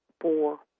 four